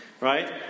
Right